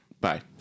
Bye